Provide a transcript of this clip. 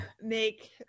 make